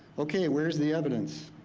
okay, where is the evidence?